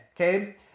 Okay